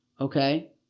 okay